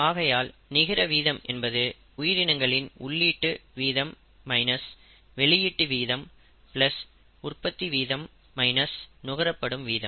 ஆகையால் நிகர வீதம் என்பது உயிரினங்களின் உள்ளீட்டு வீதம் மைனஸ் வெளியீட்டு வீதம் பிளஸ் உற்பத்தி வீதம் மைனஸ் நுகரப்படும் வீதம்